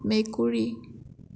মেকুৰী